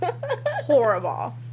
Horrible